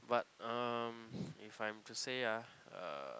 but um if I'm to say ah uh